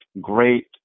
great